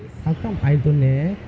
how come I don't have